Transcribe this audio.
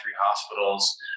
hospitals